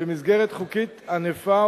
במסגרת חוקית ענפה,